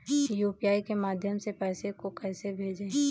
UPI के माध्यम से पैसे को कैसे भेजें?